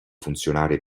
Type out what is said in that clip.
funzionare